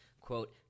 quote